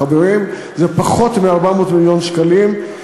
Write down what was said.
חברים, זה פחות מ-400 מיליון שקלים.